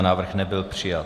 Návrh nebyl přijat.